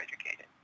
educated